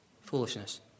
Foolishness